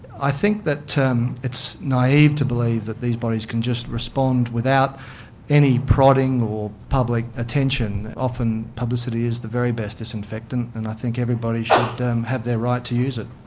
i think that um it's naive to believe that these bodies can just respond without any prodding or public attention. often publicity is the very best disinfectant and i think everybody should have their right to use it.